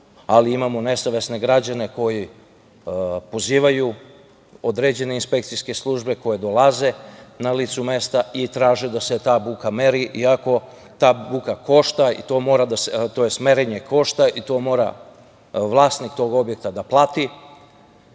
ali imamo nesavesne građane koji pozivaju određene inspekcijske službe, koje dolaze na lice mesta i traže da se ta buka meri, to merenje košta i to mora vlasnik tog objekta da plati,